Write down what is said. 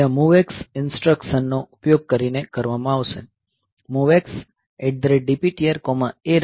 તે આ MOV X instruction નો ઉપયોગ કરીને કરવામાં આવશે MOVX DPTRA